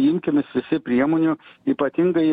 imkimės visi priemonių ypatingai